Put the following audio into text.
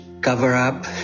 cover-up